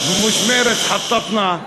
מרצ תכנַנו.)